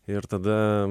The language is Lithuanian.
ir tada